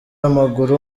w’amaguru